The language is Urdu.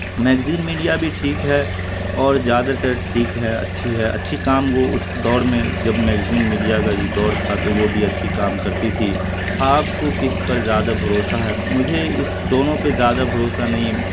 میگزین میڈیا بھی ٹھیک ہے اور زیادہ تر ٹھیک ہے اچھی ہے اچھی کام وہ اس دور میں جب میگزین میڈیا کا جو دور تھا تو وہ بھی اچھی کام کرتی تھی آپ کو کس پر زیادہ بھروسہ ہے مجھے اس دونوں پہ زیادہ بھرسہ نہیں